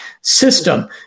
system